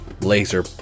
laser